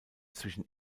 zwischen